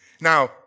Now